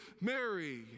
Mary